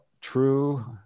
true